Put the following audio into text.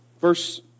Verse